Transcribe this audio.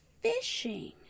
fishing